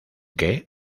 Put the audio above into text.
qué